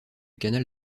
canal